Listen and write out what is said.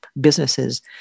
businesses